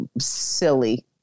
silly